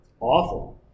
awful